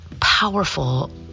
powerful